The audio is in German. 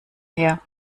her